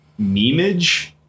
memeage